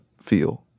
feel